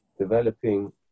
developing